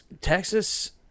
Texas